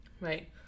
right